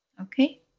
Okay